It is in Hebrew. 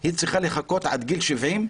היא צריכה לחכות עד גיל 70?